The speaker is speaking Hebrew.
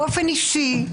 באופן אישי.